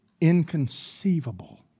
inconceivable